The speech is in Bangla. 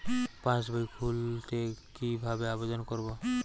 পাসবই খুলতে কি ভাবে আবেদন করব?